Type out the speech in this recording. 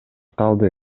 калды